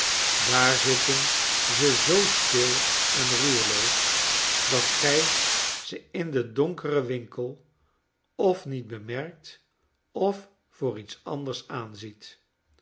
daar zitten ze zoo stil en roerloos dat gij ze in den donkeren winkel of niet bejaaerkt of voor iets anders